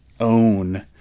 own